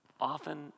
often